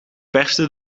perste